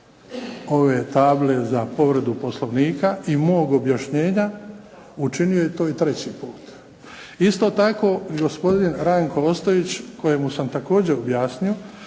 ove table za povredu Poslovnika i mog objašnjenja, učinio je to i treći put. Isto tako i gospodin Ranko Ostojić, kojemu sam također objasnio